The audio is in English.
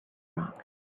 rocks